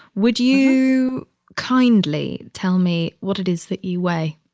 would you kindly tell me what it is that you weigh?